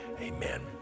amen